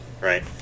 right